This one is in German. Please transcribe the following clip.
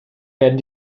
werden